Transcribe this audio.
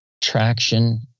traction